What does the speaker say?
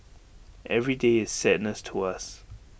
every day is sadness to us